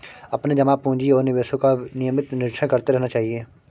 अपने जमा पूँजी और निवेशों का नियमित निरीक्षण करते रहना चाहिए